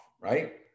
right